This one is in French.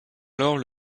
alors